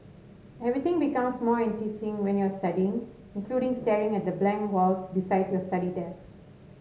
everything becomes more enticing when you're studying including staring at the blank walls beside your study desk